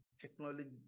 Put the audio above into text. technology